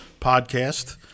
Podcast